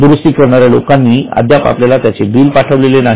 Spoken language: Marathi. दुरुस्ती करणाऱ्या लोकांनी अद्याप आपल्याला त्याचे बिल पाठवले नाही